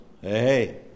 hey